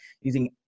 using